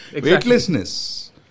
Weightlessness